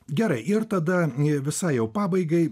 gerai ir tada visa jau pabaigai